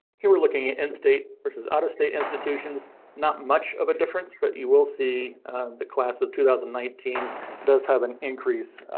here we're looking at in state versus out of state institutions. not much of a difference, but you will see the class of two thousand and nineteen does have an increase.